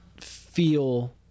feel